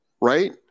right